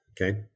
Okay